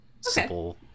simple